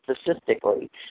statistically